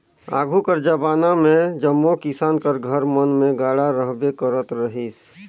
आघु कर जबाना मे जम्मो किसान कर घर मन मे गाड़ा रहबे करत रहिस